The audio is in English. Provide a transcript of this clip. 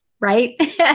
right